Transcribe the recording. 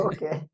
Okay